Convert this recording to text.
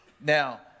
Now